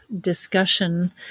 discussion